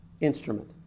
instrument